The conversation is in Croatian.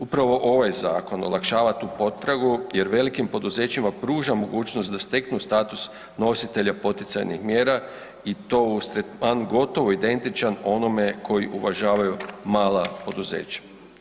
Upravo ovaj zakon olakšava tu potragu jer velikim poduzećima pruža mogućnost da steknu status nositelja poticajnih mjera i to uz tretman gotovo identičan onome koji uvažavaju mala poduzeća.